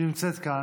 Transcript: שנמצאת כאן,